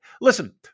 listen